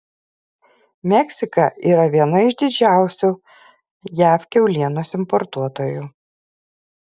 meksika yra viena iš didžiausių jav kiaulienos importuotojų